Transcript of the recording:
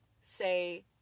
say